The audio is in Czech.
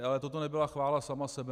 Ale toto nebyla chvála sama sebe.